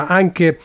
anche